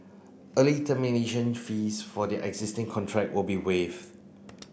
early termination fees for their existing contract will be waived